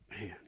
Man